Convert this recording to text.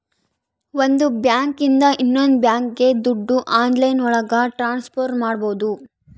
ಒಂದ್ ಬ್ಯಾಂಕ್ ಇಂದ ಇನ್ನೊಂದ್ ಬ್ಯಾಂಕ್ಗೆ ದುಡ್ಡು ಆನ್ಲೈನ್ ಒಳಗ ಟ್ರಾನ್ಸ್ಫರ್ ಮಾಡ್ಬೋದು